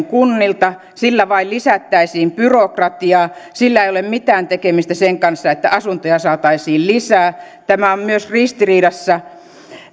kunnilta sillä vain lisättäisiin byrokratiaa sillä ei ole mitään tekemistä sen kanssa että asuntoja saataisiin lisää tämä on myös ristiriidassa